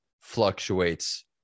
fluctuates